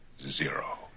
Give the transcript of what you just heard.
zero